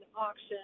auction